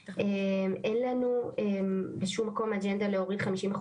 אין לנו בשום מקום אג'נדה להוריד 50%